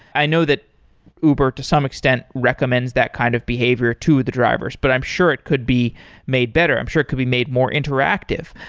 i know that uber to some extent recommends that kind of behavior to the drivers, but i'm sure it could be made better. i'm sure it could be made more interactive.